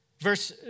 verse